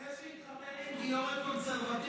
זה ההוא שהתחתן עם גיורת קונסרבטיבית?